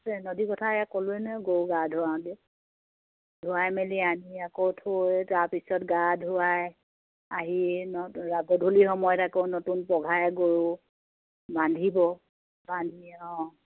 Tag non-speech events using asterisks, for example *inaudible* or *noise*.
আছে নদী কথাই এয়া ক'লোৱেই নে গৰু গা ধুৱাওতে ধুৱাই মেলি আনি আকৌ থৈ তাৰপিছত গা ধুৱাই আহি *unintelligible* গধূলি সময়ত আকৌ নতুন পঘাই গৰু বান্ধিব বান্ধি অঁ